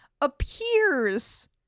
Appears